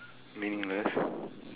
meaningless